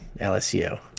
LSU